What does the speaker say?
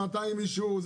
שנתיים אישור,